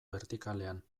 bertikalean